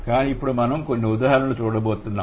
కానీ ఇప్పుడు మనం కొన్ని ఉదాహరణలు ద్వారా చూడబోతున్నాం